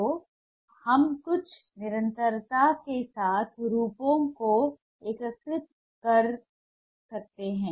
तो हम कुछ निरंतरता के साथ रूपों को एकीकृत कर सकते हैं